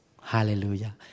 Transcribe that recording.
Hallelujah